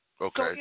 Okay